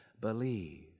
believe